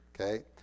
Okay